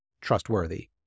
trustworthy